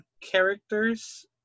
characters